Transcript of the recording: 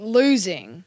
losing